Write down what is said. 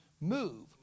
move